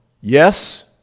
Yes